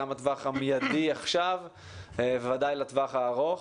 גם בטווח המיידי עכשיו ובוודאי לטווח הארוך.